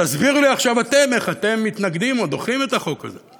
תסבירו לי עכשיו אתם איך אתם מתנגדים או דוחים את החוק הזה.